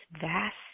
vast